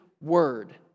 Word